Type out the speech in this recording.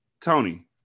Tony